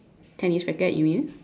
tennis racket you mean